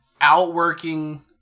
outworking